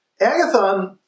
Agathon